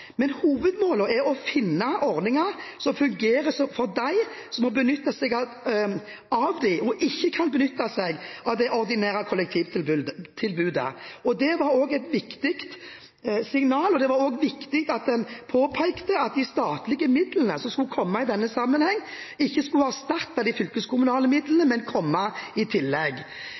Men hovedmålet er å finne ordninger som fungerer for dem som må benytte seg av dem, og som ikke kan benytte seg av det ordinære kollektivtilbudet. Det var et viktig signal, og det var viktig at man påpekte at de statlige midlene som skulle komme i denne sammenhengen, ikke skulle erstatte de fylkeskommunale midlene, men skulle komme i tillegg.